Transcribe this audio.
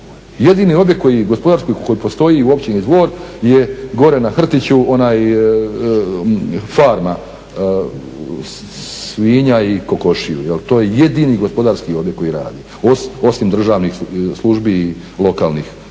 Jedini objekt gospodarski koji postoji u Općini Dvor je gore na Hrtiću ona farma svinja i kokošiju, to je jedini gospodarski objekt koji radi osim državnih službi i lokalnih